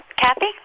Kathy